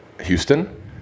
Houston